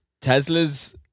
Teslas